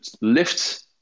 lift